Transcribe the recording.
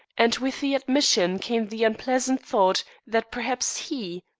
and with the admission came the unpleasant thought that perhaps he,